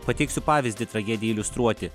pateiksiu pavyzdį tragedijai iliustruoti